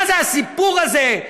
מה הסיפור הזה?